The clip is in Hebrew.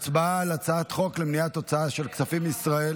הצעת חוק למניעת הוצאה של כספים מישראל